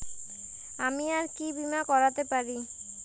আমি আর কি বীমা করাতে পারি?